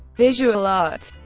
visual art